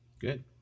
good